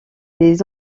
des